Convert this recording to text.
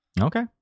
okay